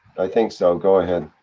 think so, go ahead.